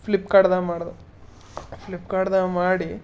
ಫ್ಲಿಪ್ಕಾರ್ಟ್ದಾಗ್ ಮಾಡ್ದೆ ಫ್ಲಿಪ್ಕಾರ್ಟ್ದಾಗ ಮಾಡಿ